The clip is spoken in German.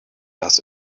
das